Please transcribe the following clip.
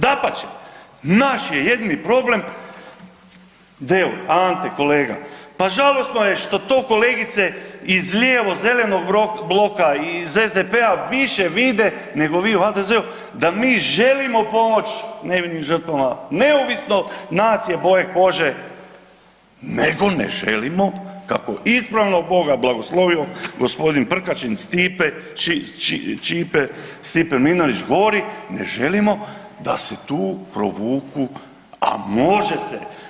Dapače, naš je jedni problem, Deur, Ante kolega, pa žalosno je što to kolegice iz lijevo-zelenog bloka iz SDP-a više vide nego vi u HDZ-u da mi želimo pomoć nevinim žrtvama, neovisno nacije, boje kože nego ne želimo kako ispravno Bog ga blagoslovio g. Prkačin Stipe, Čipe, Stipe Mlinarić govori ne želimo da se tu provuku, a može se.